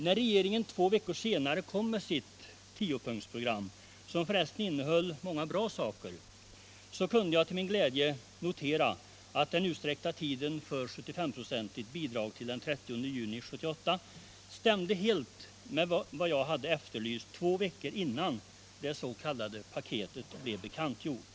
När regeringen två veckor senare lade fram sitt tiopunktsprogram, som för resten innehöll många bra saker, kunde jag till min glädje notera att utsträckningen av tiden för 75-procentigt bidrag till den 30 juni 1978 stämde helt med vad jag efterlyst två veckor innan det s.k. paketet blev bekantgjort.